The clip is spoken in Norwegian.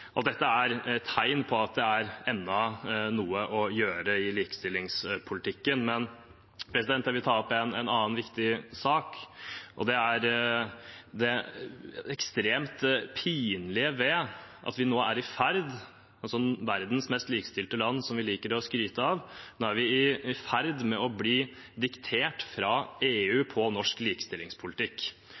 Dette er tegn på at det ennå er noe å gjøre i likestillingspolitikken. Men jeg vil ta opp en annen viktig sak. Det er det ekstremt pinlige ved at vi – verdens mest likestilte land, som vi liker å skryte av å være – nå er i ferd med å bli diktert fra EU når det gjelder norsk likestillingspolitikk.